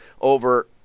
over